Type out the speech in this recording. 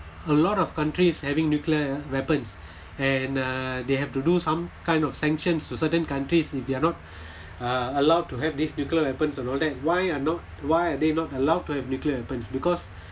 a lot of countries having nuclear weapons and uh they have to do some kind of sanctions to certain countries if they are not uh allowed to have this nuclear weapons and all that why are not why are they not allowed to have nuclear weapons because